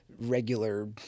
regular